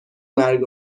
مرگ